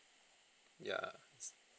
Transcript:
ya